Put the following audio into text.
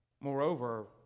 Moreover